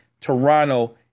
Toronto